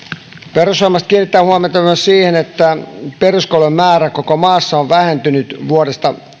perussuomalaiset kiinnittää huomiota myös siihen että peruskoulujen määrä koko maassa on vähentynyt vuodesta